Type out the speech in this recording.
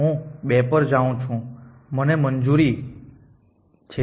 હું 2 પર જાઉં છું મને મંજૂરી છે